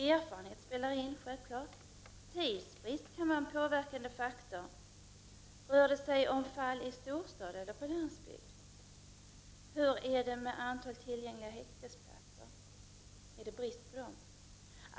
Erfarenheter spelar självfallet in; tidsbrist kan vara en faktor som påverkar bedömningen liksom om det rör sig om storstad eller landsbygd. Hur är det med antalet tillgängliga häktesplatser?